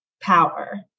power